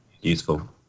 Useful